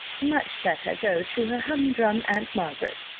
much better, go to her humdrum aunt margaret's,